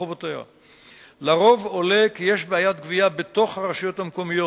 1. כמות המים שנצרכה בשנת 2008 בנגב היא 312 מיליון מ"ק לכל השימושים,